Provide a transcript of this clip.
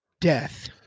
Death